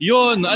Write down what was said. Yun